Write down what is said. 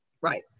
Right